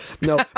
No